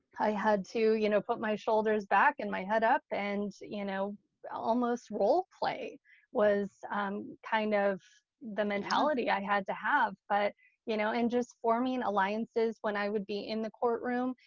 i had to you know put my shoulders back and my head up and you know almost roleplay was kind of the mentality i had to have. but you know and just forming alliances when i would be in the courtroom,